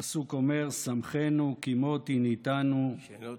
הפסוק אומר: "שמחנו כימות עִנִּתנו שנות